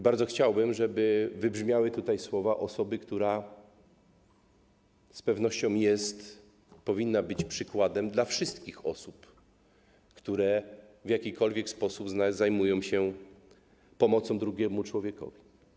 Bardzo chciałbym, żeby wybrzmiały tutaj słowa osoby, która z pewnością jest, powinna być przykładem dla wszystkich osób, które w jakikolwiek sposób zajmują się pomocą drugiemu człowiekowi.